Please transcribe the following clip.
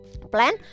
plan